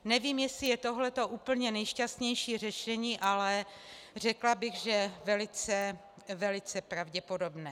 Nevím, jestli je tohle úplně nejšťastnější řešení, ale řekla bych, že velice, velice pravděpodobné.